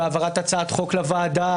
בהעברת הצעת חוק לוועדה,